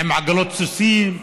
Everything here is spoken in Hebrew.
עם עגלות סוסים,